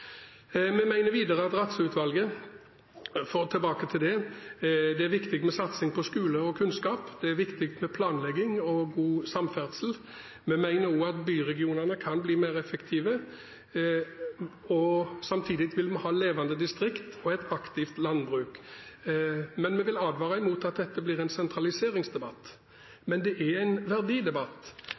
Vi mener videre – for å komme tilbake til Rattsø-utvalget – at det er viktig med satsing på skole og kunnskap, og at det er viktig med planlegging og god samferdsel, men vi mener også at byregionene kan bli mer effektive. Samtidig vil vi ha levende distrikter og et aktivt landbruk. Men vi vil advare mot at dette blir en sentraliseringsdebatt, det er en verdidebatt.